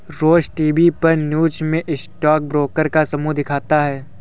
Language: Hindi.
रोज टीवी पर न्यूज़ में स्टॉक ब्रोकर का समूह दिखता है